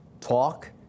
talk